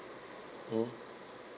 mm